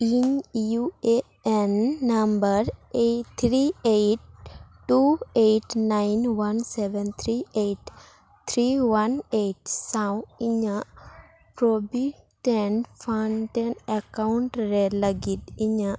ᱤᱧ U A N number eight three eight two eight nine one seven three eight three one eight ᱥᱟᱶ ᱤᱧᱟᱹᱜ provident fund account ᱨᱮ ᱞᱟᱹᱜᱤᱫ ᱤᱧᱟᱹᱜ